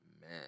man